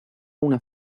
una